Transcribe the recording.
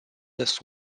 this